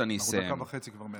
אנחנו כבר דקה וחצי מעבר.